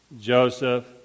Joseph